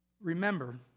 Remember